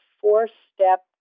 four-step